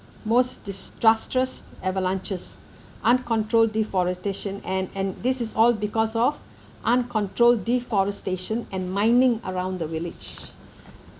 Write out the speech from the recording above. most disastrous avalanches uncontrolled deforestation and and this is all because of uncontrolled deforestation and mining around the village